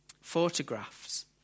Photographs